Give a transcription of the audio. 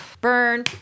burn